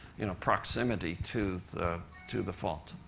you know, proximity to the to the fault.